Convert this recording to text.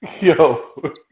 Yo